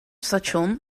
station